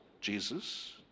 Jesus